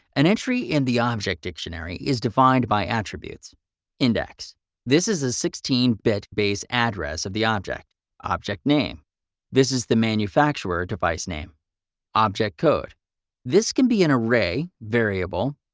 an entry in the object dictionary is defined by attributes index this is a sixteen bit base address of the object object name this is the manufacturer device name object code this can be an array, variable,